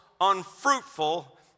unfruitful